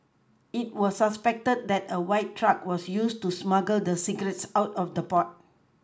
it was suspected that a white truck was used to smuggle the cigarettes out of the port